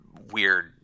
weird